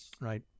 Right